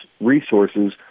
resources